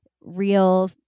real